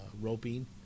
roping